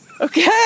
okay